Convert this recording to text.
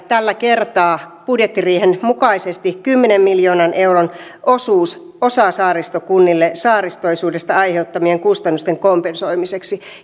tällä kertaa budjettiriihen mukaisesti kymmenen miljoonan euron osuus saaristo osakunnille saaristoisuudesta aiheutuvien kustannusten kompensoimiseksi